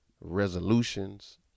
resolutions